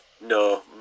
no